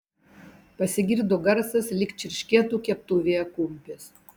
pasigirdo garsas lyg čirškėtų keptuvėje kumpis